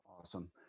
Awesome